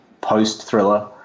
post-thriller